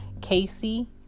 Casey